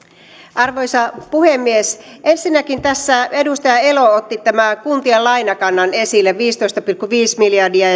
arvoisa puhemies ensinnäkin tässä edustaja elo otti tämän kuntien lainakannan esille viisitoista pilkku viisi miljardia